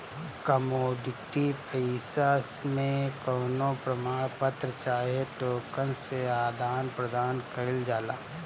commodity पईसा मे कवनो प्रमाण पत्र चाहे टोकन से आदान प्रदान कईल जाला